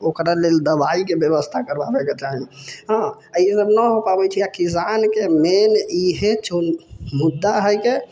ओकरालेल दवाइ के व्यवस्था करबाबै के चाही हँ आ ईसब न हो पाबै छै आ किसान के मैन ईहे मुद्दा है के